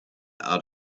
out